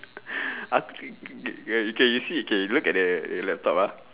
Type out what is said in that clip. okay you see okay look at the the laptop ah